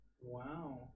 Wow